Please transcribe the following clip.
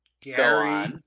Gary